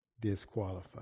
disqualified